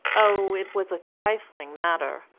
oh, it was a trifling matter.